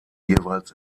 jeweils